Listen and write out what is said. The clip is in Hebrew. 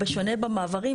בשונה במעברים,